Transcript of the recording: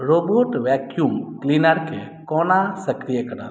robot vacuum क्लीनरके कोना सक्रिय करत